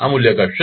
આ મૂલ્ય ઘટશે